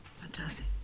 fantastic